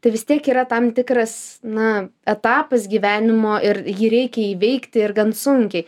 tai vis tiek yra tam tikras na etapas gyvenimo ir jį reikia įveikti ir gan sunkiai